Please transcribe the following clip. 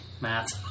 Matt